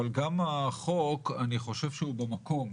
אבל גם החוק, אני חושב שהוא במקום.